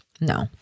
No